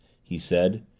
he said.